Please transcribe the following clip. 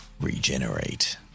regenerate